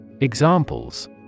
Examples